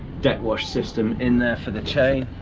deck wash system in there for the chain,